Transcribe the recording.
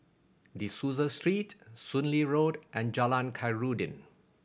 De Souza Street Soon Lee Road and Jalan Khairuddin